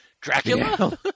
Dracula